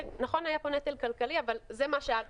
נכון שהיה פה נטל כלכלי, אבל זה מה שעלה מהשטח.